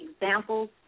examples